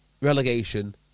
relegation